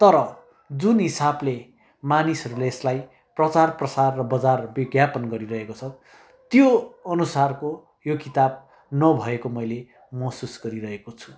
तर जुन हिसाबले मानिसहरूले यसलाई प्रचार प्रसार बजार विज्ञापन गरिरहेको छ त्यो अनुसारको यो किताब नभएको मैले महसुस गरिरहेको छु